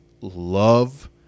love